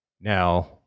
Now